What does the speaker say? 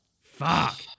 Fuck